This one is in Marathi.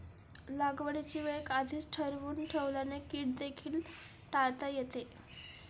लागवडीची वेळ आधीच ठरवून ठेवल्याने कीड देखील टाळता येते